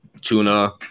tuna